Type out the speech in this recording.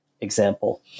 example